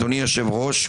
אדוני היושב-ראש,